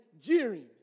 jeering